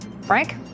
Frank